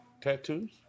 tattoos